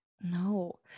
No